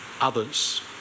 others